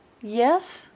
Yes